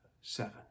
seven